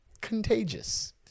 contagious